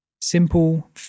simple